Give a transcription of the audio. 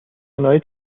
نهایی